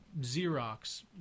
Xerox